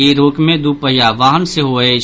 ई रोक मे दू पहिया वाहन सेहो अछि